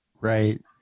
Right